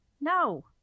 no